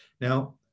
Now